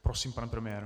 Prosím, pane premiére.